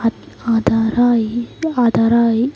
ಹತ್ತು ಅದರ ಈ ಅದರ ಈ